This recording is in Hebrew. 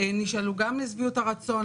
נשאלו גם לשביעות הרצון,